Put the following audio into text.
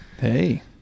Hey